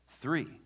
Three